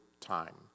time